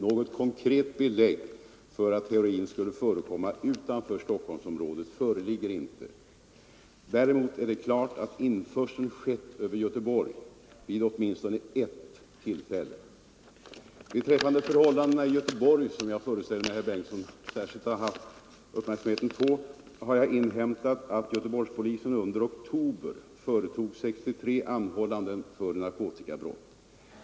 Något konkret belägg för att heroin skulle förekomma utanför Stockholmsområdet föreligger emellertid inte. Däremot är det klart att införsel av heroin har förekommit över Göteborg vid åtminstone ett tillfälle. Beträffande förhållandena i Göteborg, som jag utgår från att herr Bengtsson särskilt har haft uppmärksamheten på, har jag inhämtat att Göteborgspolisen under oktober månad företog 63 anhållanden för narkotikabrott.